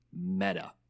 Meta